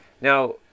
now